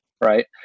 right